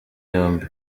yombi